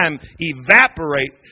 evaporate